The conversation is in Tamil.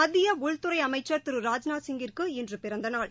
மத்திய உள்துறை அமைச்சர் திரு ராஜ்நாத் சிங்கிற்கு இன்று பிறந்த நாள்